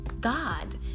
God